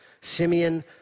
Simeon